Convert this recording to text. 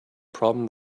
problem